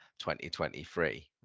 2023